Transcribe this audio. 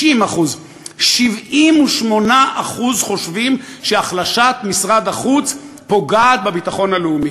60%; 78% חושבים שהחלשת משרד החוץ פוגעת בביטחון הלאומי.